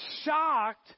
shocked